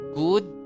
good